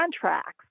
contracts